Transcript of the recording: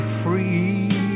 free